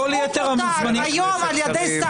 פוטר היום על ידי שר.